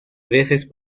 veces